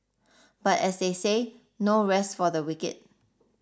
but as they say no rest for the wicked